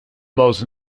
most